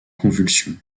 convulsion